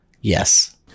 yes